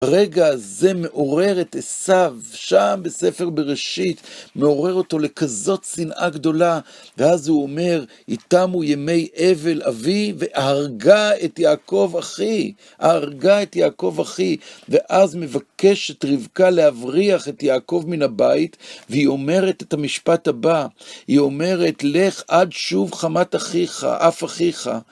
רגע זה מעורר את עשיו, שם בספר בראשית, מעורר אותו לכזאת שנאה גדולה, ואז הוא אומר, תמו ימי אבל אבי, והרגה את יעקב אחי, הרגה את יעקב אחי, ואז מבקשת רבקה להבריח את יעקב מן הבית, והיא אומרת את המשפט הבא, היא אומרת, לך עד שוב חמת אחיך, אף אחיך.